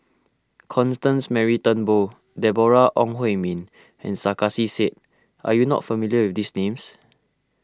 Constance Mary Turnbull Deborah Ong Hui Min and Sarkasi Said are you not familiar with these names